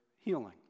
healing